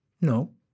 No